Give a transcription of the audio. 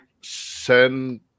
send